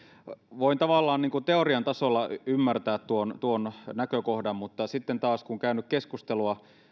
voin tavallaan niin kuin teorian tasolla ymmärtää tuon tuon näkökohdan mutta sitten taas kun on käynyt keskustelua